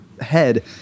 head